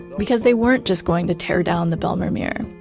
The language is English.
because they weren't just going to tear down the bijlmermeer.